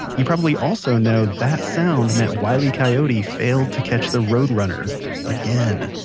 you probably also know that sound meant wile e. coyote failed to catch the road runner again.